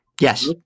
Yes